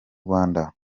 rwanda